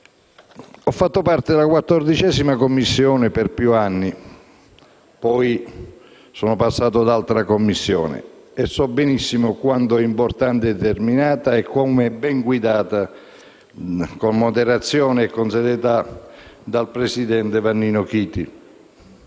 ho fatto parte della 14a Commissione per più anni - poi sono passato ad altra Commissione - e so benissimo quanto sia importante e determinata, e come sia ben guidata, con moderazione e serietà, dal presidente Vannino Chiti.